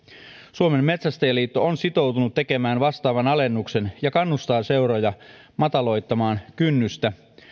suomen metsästäjäliitto on sitoutunut tekemään vastaavan alennuksen ja kannustaa seuroja mataloittamaan kynnystä